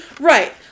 Right